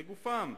בגופם,